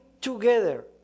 together